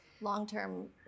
Long-term